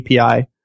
API